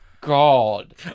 God